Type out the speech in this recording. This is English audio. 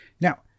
Now